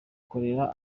kurera